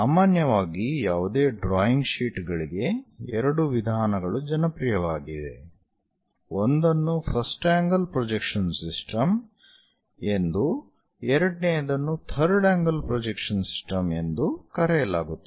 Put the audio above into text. ಸಾಮಾನ್ಯವಾಗಿ ಯಾವುದೇ drawing sheet ಗಳಿಗೆ ಎರಡು ವಿಧಾನಗಳು ಜನಪ್ರಿಯವಾಗಿವೆ ಒಂದನ್ನು ಫಸ್ಟ್ ಆಂಗಲ್ ಪ್ರೊಜೆಕ್ಷನ್ ಸಿಸ್ಟಮ್ ಎಂದೂ ಎರಡನೆಯದನ್ನು ಥರ್ಡ್ ಆಂಗಲ್ ಪ್ರೊಜೆಕ್ಷನ್ ಸಿಸ್ಟಮ್ ಎಂದು ಕರೆಯಲಾಗುತ್ತದೆ